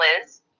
Liz